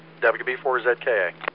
wb4zka